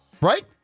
Right